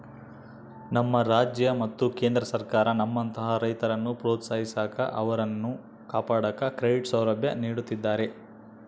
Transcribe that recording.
ನಮ್ಮ ರಾಜ್ಯ ಮತ್ತು ಕೇಂದ್ರ ಸರ್ಕಾರ ನಮ್ಮಂತಹ ರೈತರನ್ನು ಪ್ರೋತ್ಸಾಹಿಸಾಕ ಅವರನ್ನು ಕಾಪಾಡಾಕ ಕ್ರೆಡಿಟ್ ಸೌಲಭ್ಯ ನೀಡುತ್ತಿದ್ದಾರೆ